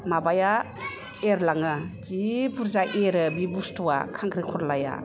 माबाया एरलाङो जि बुरजा एरो बे बुस्थुवा खांख्रिखलाआ